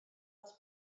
was